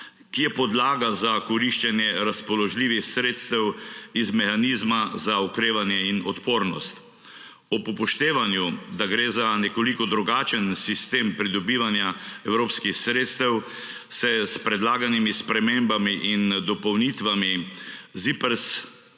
ki je podlaga za koriščenje razpoložljivih sredstev iz mehanizma za okrevanje in odpornost. Ob upoštevanju, da gre za nekoliko drugačen sistem pridobivanja evropskih sredstev, se s predlaganimi spremembami in dopolnitvami ZIPRS2122